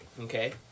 okay